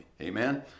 Amen